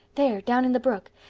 there. down in the brook.